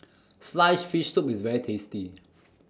Sliced Fish Soup IS very tasty